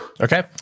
okay